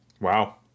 wow